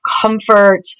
comfort